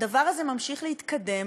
הדבר הזה ממשיך להתקדם,